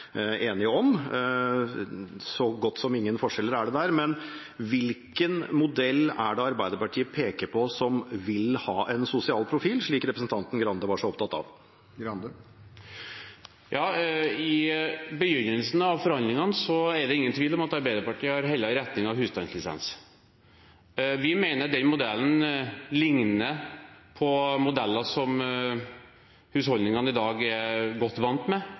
om. Så godt som ingen forskjeller er det der. Hvilken modell er det Arbeiderpartiet peker på som vil ha en sosial profil, slik representanten Grande var så opptatt av? I begynnelsen av forhandlingene er det ingen tvil om at Arbeiderpartiet har hellet i retning av husstandslisens. Vi mener den modellen likner på modeller husholdningene i dag er godt vant med